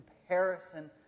comparison